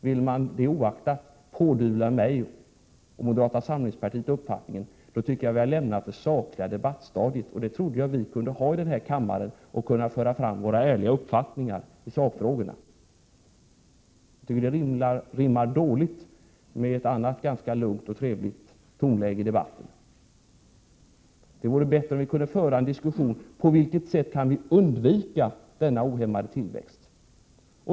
Vill man detta oaktat pådyvla mig och moderata samlingspartiet en annan uppfattning, tycker jag att vi har lämnat stadiet för en saklig debatt. Jag trodde att vi i denna kammare kunde föra en ärlig debatt och redovisa våra uppfattningar i sakfrågorna. Jag tycker att industriministerns påstående på denna punkt rimmar dåligt med ett i övrigt ganska lugnt och trevligt tonläge i debatten. Det vore bättre om vi kunde föra en diskussion om på vilket sätt som vi kan undvika denna ohämmade tillväxt.